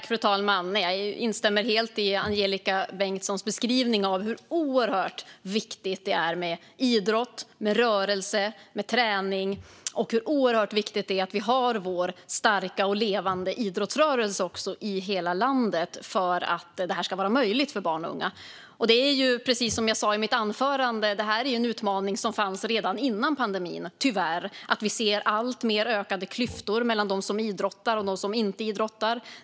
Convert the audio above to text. Fru talman! Jag instämmer helt i Angelika Bengtssons beskrivning av hur oerhört viktigt det är med idrott, rörelse och träning och hur oerhört viktigt det är att vi har vår starka och levande idrottsrörelse i hela landet för att det ska vara möjligt för barn och unga att delta. Det är precis som jag sa i mitt svar. Detta är en utmaning som fanns redan innan pandemin, tyvärr. Vi ser alltmer ökade klyftor mellan dem som idrottar och dem som inte idrottar.